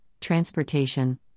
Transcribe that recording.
transportation